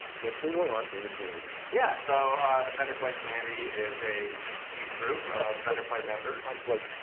what's been going on in the community? yeah. so the fender play community is a huge group of fender play members. like?